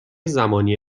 زمانی